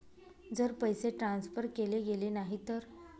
जर पैसे ट्रान्सफर केले गेले नाही तर?